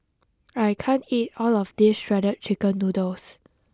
I can't eat all of this shredded chicken noodles